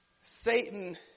Satan